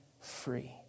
free